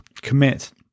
commit